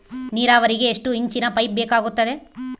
ನೇರಾವರಿಗೆ ಎಷ್ಟು ಇಂಚಿನ ಪೈಪ್ ಬೇಕಾಗುತ್ತದೆ?